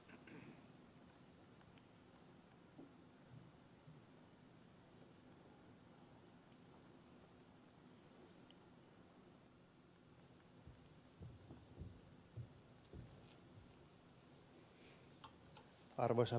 arvoisa herra puhemies